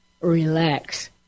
relax